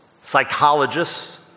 psychologists